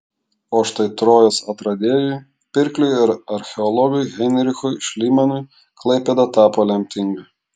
o štai trojos atradėjui pirkliui ir archeologui heinrichui šlymanui klaipėda tapo lemtinga